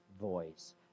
voice